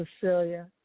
Cecilia